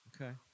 Okay